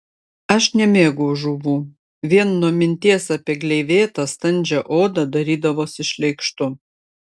aš nemėgau žuvų vien nuo minties apie gleivėtą standžią odą darydavosi šleikštu